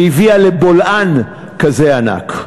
שהביאה לבולען כזה ענק.